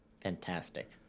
Fantastic